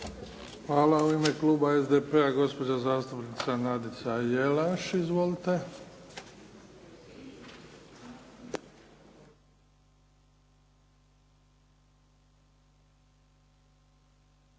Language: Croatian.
Hvala. U ime kluba SDP-a gospođa zastupnica Nadica Jelaš. Izvolite. **Jelaš,